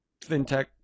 FinTech